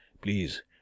Please